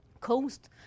coast